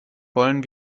wollen